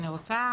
אני רוצה